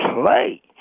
play